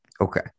Okay